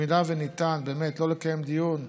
אם ניתן לא לקיים דיון,